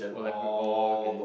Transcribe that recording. oh like oh okay